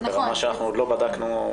זה ברמה שאנחנו עוד לא בדקנו.